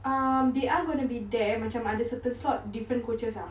um they are gonna be there macam ada certain slots certain coaches ah